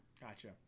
gotcha